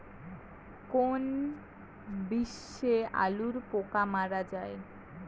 কোন বিষে আলুর পোকা মারা যায়?